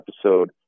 episode